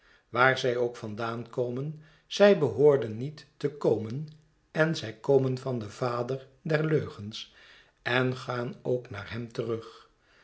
waar zij ook vandaan komen zij behoorden niet te komen en zij komen van den vader der leugens en gaan ook naar hem terug